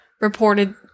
reported